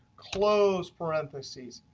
close parentheses,